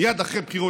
מייד אחרי בחירות,